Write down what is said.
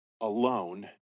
alone